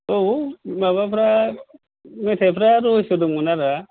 औ माबाफोरा मेथायफोरा रहयस्स' दंमोन आरो